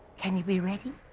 can you be ready?